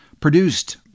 produced